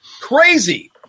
crazy